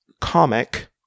comic